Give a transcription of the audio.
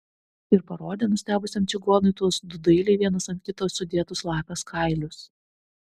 ir parodė nustebusiam čigonui tuos du dailiai vienas ant kito sudėtus lapės kailius